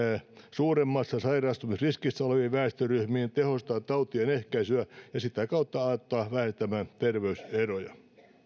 suuremmassa sairastumisriskissä oleville väestöryhmille tehostaa tautien ehkäisyä ja sitä kautta auttaa vähentämään ter veyseroja